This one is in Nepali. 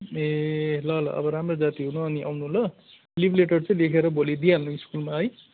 ए ल ल अब राम्रो जाती हुनु अनि आउनु ल लिभ लेटर चाहिँ लेखेर भोलि दिइहाल्नु स्कुलमा है